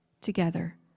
together